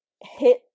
hit